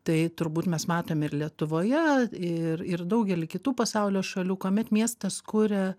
tai turbūt mes matom ir lietuvoje ir ir daugely kitų pasaulio šalių kuomet miestas kuria